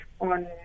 on